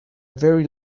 very